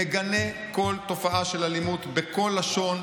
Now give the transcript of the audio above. מגנה כל תופעה של אלימות בכל לשון,